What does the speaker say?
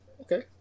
okay